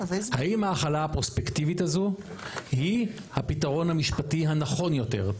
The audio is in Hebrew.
האם ההחלה הפרוספקטיבית הזאת היא הפתרון המשפטי הנכון יותר?